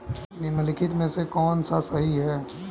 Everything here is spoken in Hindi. निम्नलिखित में से कौन सा सही है?